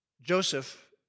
Joseph